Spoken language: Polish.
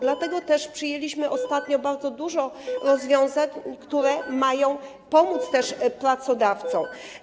Dlatego też przyjęliśmy ostatnio bardzo dużo rozwiązań, które mają pomóc też pracodawcom.